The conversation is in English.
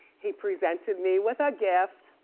he presented me with a gift.